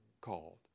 Called